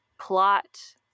plot